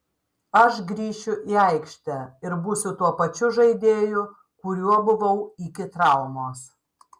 aš grįšiu į aikštę ir būsiu tuo pačiu žaidėju kuriuo buvau iki traumos